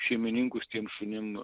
šeimininkus tiem šunim